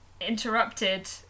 interrupted